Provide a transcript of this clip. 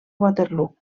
waterloo